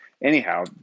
Anyhow